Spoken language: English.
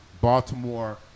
Baltimore